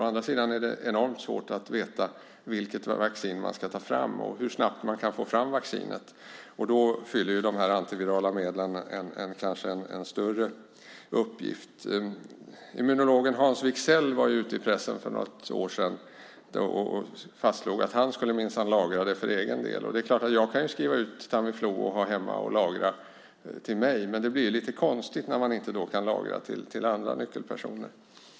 Å andra sidan är det oerhört svårt att veta vilket vaccin som ska tas fram och hur snabbt det går att få fram. Då fyller de antivirala medlen kanske en större funktion. Immunologen Hans Wigzell var för något år sedan ute i pressen och fastslog att han minsann skulle lagra för egen del. Jag kan förstås skriva ut Tamiflu till mig själv att ha hemma, men det blir lite konstigt om man inte samtidigt kan lagra till nyckelpersoner.